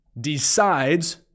Decides